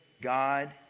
God